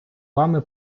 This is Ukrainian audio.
вами